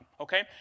okay